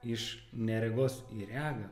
iš neregos į regą